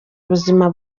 ubuzima